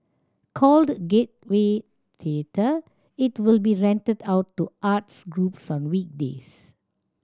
called Gateway Theatre it will be rented out to arts groups on weekdays